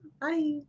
bye